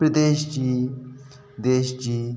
प्रदेश जी देश जी